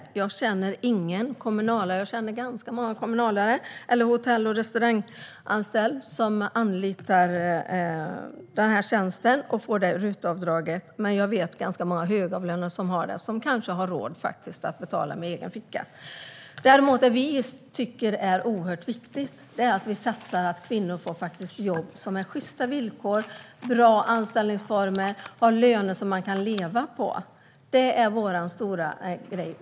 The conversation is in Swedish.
Jag känner inte många kommunalare eller hotell och restauranganställda som anlitar den tjänsten och får RUT-avdraget. Men jag känner till många högavlönade som gör det, och de kanske har råd att betala ur egen ficka. Vi tycker att det är oerhört viktigt att satsa på att kvinnor får jobb med sjysta villkor, bra anställningsformer och löner som de kan leva på. Det är vår stora grej.